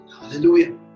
Hallelujah